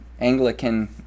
Anglican